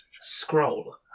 scroll